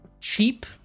cheap